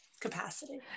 capacity